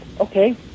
okay